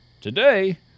today